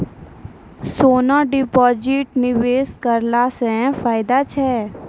सोना deposit निवेश करला से फैदा छै?